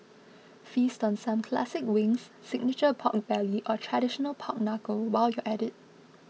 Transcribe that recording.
feast on some classic wings signature pork belly or traditional pork Knuckle while you're at it